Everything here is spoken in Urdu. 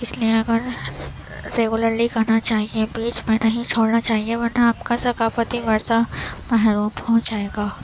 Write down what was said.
اس لیے اگر ریگولرلی کرنا چاہیے بیچ میں نہیں چھوڑنا چاہیے ورنہ آپ کا ثقافتی ورثہ محروم ہو جائے گا